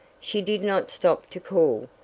she did not stop to call,